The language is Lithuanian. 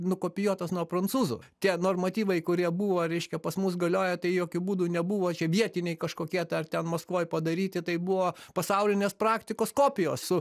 nukopijuotas nuo prancūzų tie normatyvai kurie buvo reiškia pas mus galiojo tai jokiu būdu nebuvo čia vietiniai kažkokie ar ten maskvoj padaryti tai buvo pasaulinės praktikos kopijos su